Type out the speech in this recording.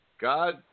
God